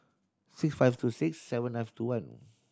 six five two six seven nine two one